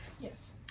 Yes